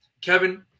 Kevin